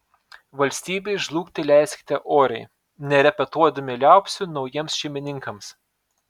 valstybei žlugti leiskite oriai nerepetuodami liaupsių naujiems šeimininkams